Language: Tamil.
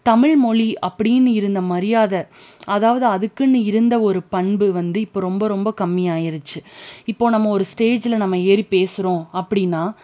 தமிழ்மொழி அப்படின்னு இருந்த மரியாதை அதாவது அதுக்குன்னு இருந்த ஒரு பண்பு வந்து இப்போ ரொம்ப ரொம்ப கம்மியாயிடுச்சு இப்போ நம்ம ஒரு ஸ்டேஜில் நம்ம ஏறி பேசுகிறோம் அப்படின்னா